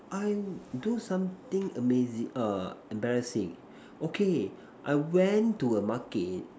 I'm do something amazing err embarrassing okay I went to a Market